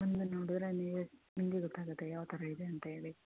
ಬಂದು ನೋಡಿರೆ ನೀವೇ ನಿಮಗೆ ಗೊತ್ತಾಗತ್ತೆ ಯಾವ ಥರ ಇದೆ ಅಂತ ಹೇಳಿ